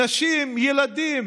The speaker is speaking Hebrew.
נשים, ילדים,